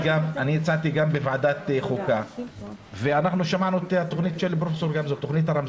גם בוועדת חוקה ואנחנו שמענו את תכנית הרמזור של פרופ' גמזו.